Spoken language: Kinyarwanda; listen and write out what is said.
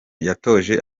yatoje